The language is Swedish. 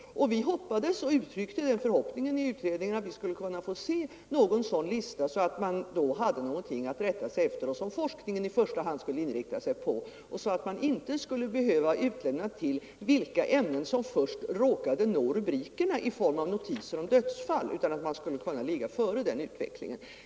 Vi hoppades då och uttryckte även den förhoppningen i utredningen att vi skulle få en sådan lista, så att man hade någonting som man kunde rätta sig efter och som forskningen i första hand skulle kunna inrikta sig på. Då riskerade man inte att utlämnas till ämnen om vilkas farlighet man fick en uppfattning först när man såg dem i rubriker över notiser om dödsfall, utan man kunde ligga före den utvecklingen.